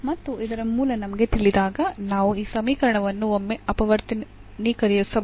ಮತ್ತು ಇದರ ಮೂಲ ನಮಗೆ ತಿಳಿದಾಗ ನಾವು ಈ ಸಮೀಕರಣವನ್ನು ಒಮ್ಮೆ ಅಪವರ್ತನೀಕರಿಸಬಹುದು